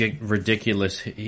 ridiculous